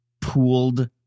pooled